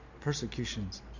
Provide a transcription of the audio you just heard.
persecutions